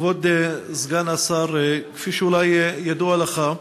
כבוד סגן השר, כפי שאולי ידוע לך,